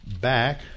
back